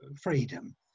freedom